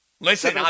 Listen